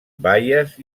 baies